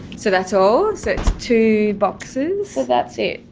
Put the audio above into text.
so that's all? it's two boxes? that's it.